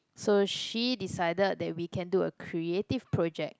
so she decided that we can do a creative project